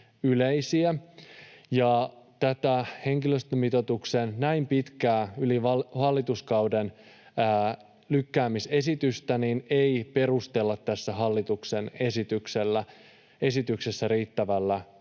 tätä henkilöstömitoitusta näin pitkälle, yli hallituskauden lykkäävää esitystä ei perustella tässä hallituksen esityksessä riittävällä tavalla.